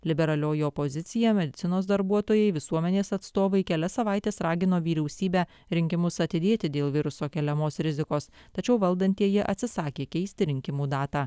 liberalioji opozicija medicinos darbuotojai visuomenės atstovai kelias savaites ragino vyriausybę rinkimus atidėti dėl viruso keliamos rizikos tačiau valdantieji atsisakė keisti rinkimų datą